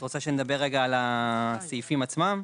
את רוצה שנדבר על הסעיפים עצמם?